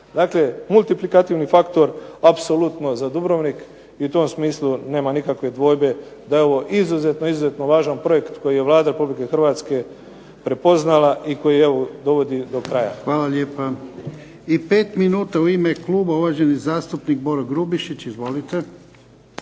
Dakle, multiaplikativni faktor apsolutno za Dubrovnik i u tom smislu nema nikakve dvojbe da je ovo izuzetno važan projekt koji je Vlada Republike Hrvatske prepoznala i koji evo dovodi do kraja. **Jarnjak, Ivan (HDZ)** Hvala lijepo. I 5 minuta u ime kluba uvaženi zastupnik Boro Grubišić. Izvolite.